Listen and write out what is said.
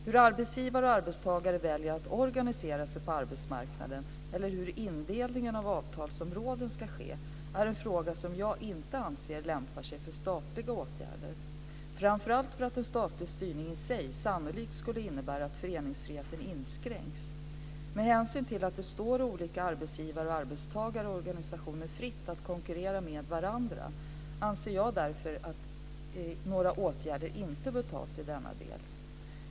Hur arbetsgivare och arbetstagare väljer att organisera sig på arbetsmarknaden eller hur indelningen av avtalsområden ska ske är en fråga som jag inte anser lämpar sig för statliga åtgärder, framför allt för att en statlig styrning i sig sannolikt skulle innebära att föreningsfriheten inskränks. Med hänsyn till att det står olika arbetsgivar och arbetstagarorganisationer fritt att konkurrera med varandra anser jag därför att några åtgärder inte bör tas i denna del.